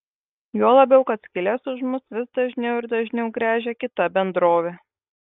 juo labiau kad skyles už mus vis dažniau ir dažniau gręžia kita bendrovė